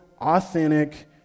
authentic